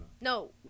no